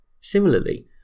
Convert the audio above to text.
Similarly